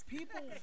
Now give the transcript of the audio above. People